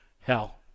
hell